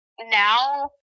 now